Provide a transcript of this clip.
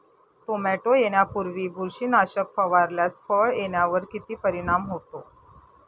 Tomato येण्यापूर्वी बुरशीनाशक फवारल्यास फळ येण्यावर किती परिणाम होतो?